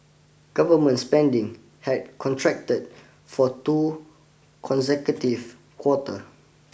government spending had contracted for two consecutive quarter